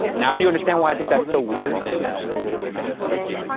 now do you understand why i think that's so weird? now i understand, ryan.